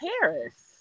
paris